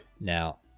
Now